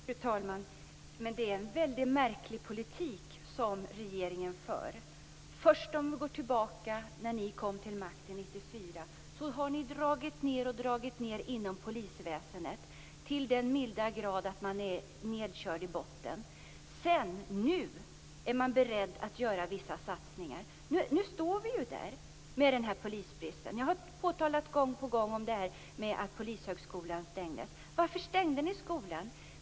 Fru talman! Det är en märklig politik regeringen för. Låt oss gå tillbaka till när ni kom till makten 1994. Ni har sedan dess gjort neddragningar inom polisväsendet till den milda grad att man nu är nedkörd i botten. Nu är regeringen beredd att göra vissa satsningar. Nu står vi här med en polisbrist. Jag har gång på gång påtalat detta att Polishögskolan stängdes. Varför stängde ni skolan?